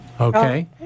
Okay